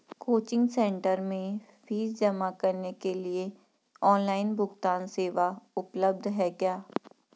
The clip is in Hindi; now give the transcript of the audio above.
कोचिंग सेंटर में फीस जमा करने के लिए ऑनलाइन भुगतान सेवा उपलब्ध है क्या?